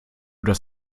das